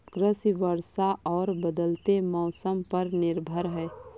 कृषि वर्षा और बदलते मौसम पर निर्भर है